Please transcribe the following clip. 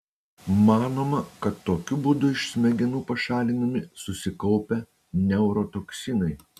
manoma kad tokiu būdu iš smegenų pašalinami susikaupę neurotoksinai